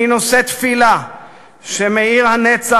אני נושא תפילה שמעיר הנצח,